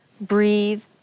Breathe